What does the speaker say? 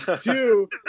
Two